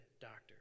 doctor